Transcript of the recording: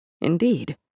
Indeed